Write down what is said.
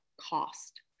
cost